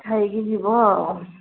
ଖାଇକି ଯିବ ଆଉ